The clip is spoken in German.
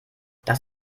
das